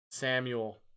Samuel